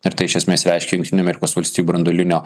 ir tai iš esmės reiškia jungtinių amerikos valstijų branduolinio